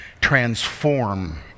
transform